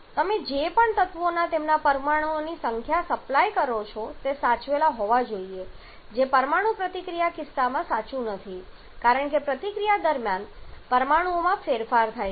તમે જે પણ તત્વોને તેમના પરમાણુઓની સંખ્યા સપ્લાય કરો છો તે સાચવેલ હોવા જોઈએ જે પરમાણુ પ્રતિક્રિયાના કિસ્સામાં પણ સાચું નથી કારણ કે પ્રતિક્રિયા દરમિયાન પરમાણુઓમાં ફેરફાર થાય છે